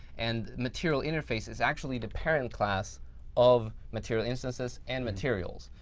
and material interface is actually the parent class of material instances and materials.